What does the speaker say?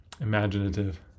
imaginative